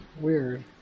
Weird